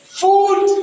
food